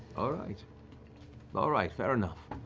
all right. all right, fair enough.